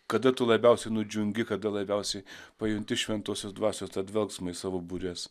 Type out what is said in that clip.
kada tu labiausiai nudžiungi kada labiausiai pajunti šventosios dvasios tą dvelksmą į savo bures